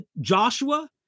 Joshua